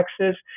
access